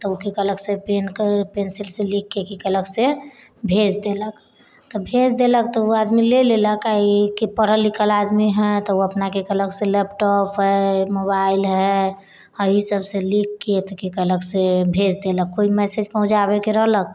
तऽ उ कि केलक से पेनके पेन्सिलसँ लिखिके कि कैलक से भेज देलक तऽ भेज देलक तऽ उ आदमी ले लेलेक आओर ई कि पढ़ल लिखल आदमी हय तऽ उ अपना की केलक से लैपटॉप हय मोबाइल हय अय सभसँ लिखके तऽ कि केलक से भेज देलक कोइ मेसेज कहुँ जाबेके रहलक